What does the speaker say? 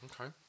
Okay